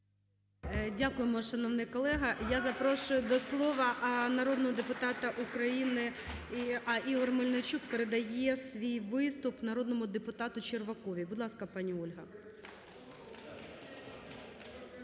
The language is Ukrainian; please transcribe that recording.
Дякуємо, шановний колего. Я запрошую до слова народного депутата України, Ігор Мельничук передає свій виступ народному депутату Черваковій. Будь ласка, пані Ольга.